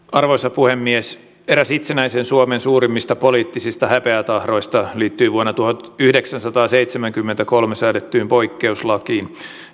arvoisa puhemies eräs itsenäisen suomen suurimmista poliittisista häpeätahroista liittyy vuonna tuhatyhdeksänsataaseitsemänkymmentäkolme säädettyyn poikkeuslakiin